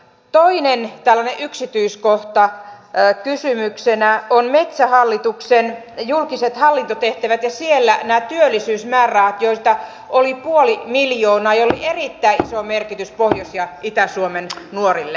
toinen tällainen yksityiskohta on metsähallituksen julkiset hallintotehtävät ja siellä nämä työllisyysmäärärahat joita oli puoli miljoonaa ja joilla oli erittäin iso merkitys pohjois ja itä suomen nuorille